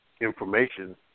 Information